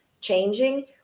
changing